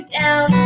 down